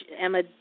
Emma